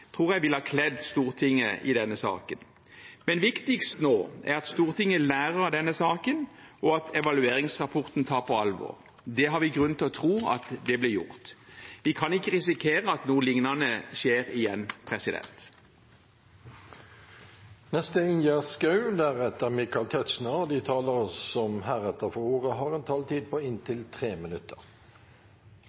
tror jeg ville kledd Stortinget i denne saken, men viktigst nå er at Stortinget lærer av denne saken, og at evalueringsrapporten tas på alvor. Det har vi grunn til å tro at blir gjort. Vi kan ikke risikere at noe lignende skjer igjen. De talere som heretter får ordet, har en taletid på inntil